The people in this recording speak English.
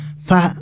fa